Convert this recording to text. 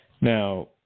Now